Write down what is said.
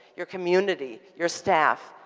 your community, your staff,